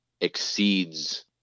exceeds